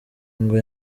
ngo